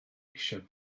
eisiau